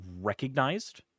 recognized